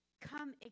come